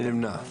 אני נמנע.